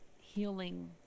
healing